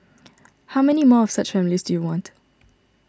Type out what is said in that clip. how many more of such families do you want